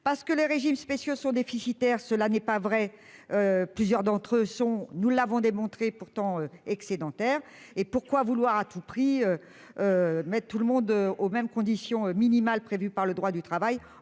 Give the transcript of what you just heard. parce que les régimes spéciaux sont déficitaires. Cela n'est pas vrai. Plusieurs d'entre eux sont, nous l'avons démontré pourtant excédentaire et pourquoi vouloir à tout prix. Mais tout le monde, aux mêmes conditions minimales prévues par le droit du travail,